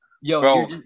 Yo